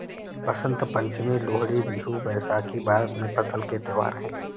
बसंत पंचमी, लोहड़ी, बिहू, बैसाखी भारत में फसल के त्योहार हैं